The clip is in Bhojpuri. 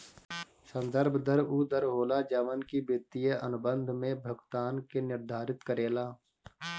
संदर्भ दर उ दर होला जवन की वित्तीय अनुबंध में भुगतान के निर्धारित करेला